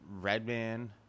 Redman